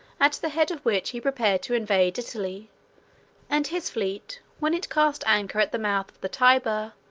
at the head of which he prepared to invade italy and his fleet, when it cast anchor at the mouth of the tyber,